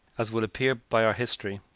as will appear by our history,